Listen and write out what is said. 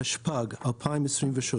התשפ"ג-2023